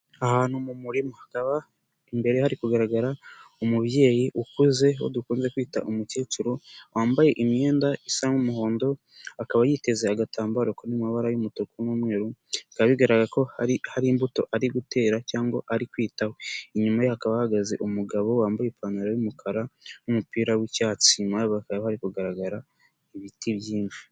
Ahantu mu murima hakaba imbere hari kugaragara umubyeyi ukuze uwo dukunze kwita umukecuru wambaye imyenda isa n'umuhondo akaba yiteze agatambaro ko mu mabara y'umutuku n'umweru bikaba bigaraga ko hari hari imbuto ari gutera cyangwa ari kwitaho inyuma hakaba hahagaze umugabo wambaye ipantaro y'umukara n'umupira w'icyatsi nyuma bakaba bari kugaragara ibiti byinshi.